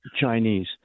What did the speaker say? Chinese